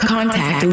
Contact